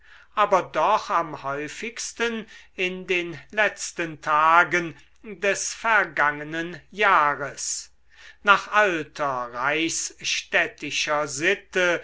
aber doch am häufigsten in den letzten tagen des vergangenen jahres nach alter reichsstädtischer sitte